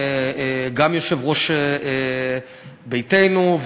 גם יושב-ראש ישראל ביתנו,